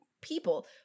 people